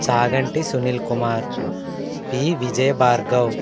Chaganti Sunil Kumar V Vijay Bhargav